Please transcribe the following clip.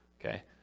Okay